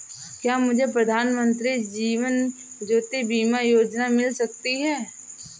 क्या मुझे प्रधानमंत्री जीवन ज्योति बीमा योजना मिल सकती है?